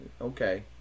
Okay